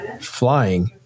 flying